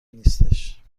نیستش